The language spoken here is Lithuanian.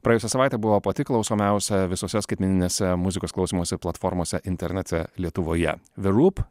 praėjusią savaitę buvo pati klausomiausia visose skaitmeninėse muzikos klausymosi platformose internete lietuvoje the roop